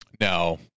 No